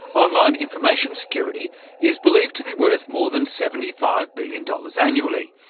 online information security is believed to be worth more than seventy five billion dollars annually.